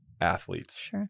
athletes